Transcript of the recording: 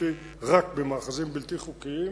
לדעתי רק במאחזים בלתי חוקיים.